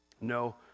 No